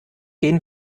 gehen